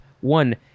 One